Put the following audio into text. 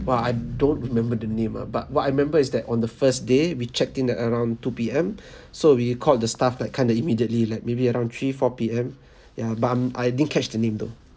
!wah! I don't remember the name ah but what I remember is that on the first day we checked in at around two P_M so we called the staff like kind of immediately like maybe around three four P_M ya but I'm I didn't catch the name though